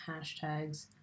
hashtags